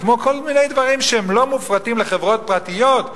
כמו כל מיני דברים שהם לא מופרטים לחברות פרטיות,